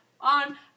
on